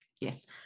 Yes